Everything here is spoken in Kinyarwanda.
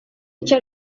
icyo